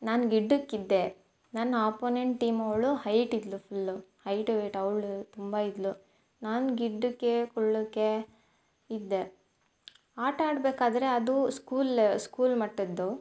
ನಾನು ಗಿಡ್ಡಕ್ಕಿದ್ದೆ ನನ್ನ ಅಪೊನೆಂಟ್ ಟೀಮ್ ಅವಳು ಹೈಟ್ ಇದ್ದಲು ಫುಲ್ಲು ಹೈಟ್ ವೇಯ್ಟ್ ಅವಳು ತುಂಬ ಇದ್ದಳು ನಾನು ಗಿಡ್ಡಕ್ಕೆ ಕುಳ್ಳಕ್ಕೆ ಇದ್ದೆ ಆಟಾಡಬೇಕಾದ್ರೆ ಅದು ಸ್ಕೂಲ್ ಲೆ ಸ್ಕೂಲ್ ಮಟ್ಟದ್ದು